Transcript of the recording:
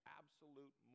absolute